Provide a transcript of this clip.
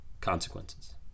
consequences